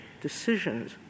decisions